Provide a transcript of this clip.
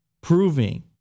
proving